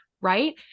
Right